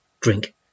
drink